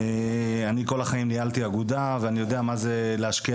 אני כל החיים ניהלתי אגודה ואני יודע מה זה להשקיע